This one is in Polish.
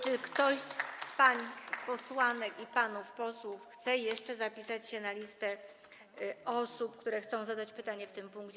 Czy ktoś z pań posłanek i panów posłów chce jeszcze wpisać się na listę osób, które chcą zadać pytanie w tym punkcie.